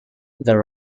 the